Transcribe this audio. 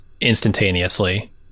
instantaneously